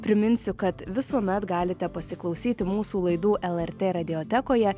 priminsiu kad visuomet galite pasiklausyti mūsų laidų lrt radiotekoje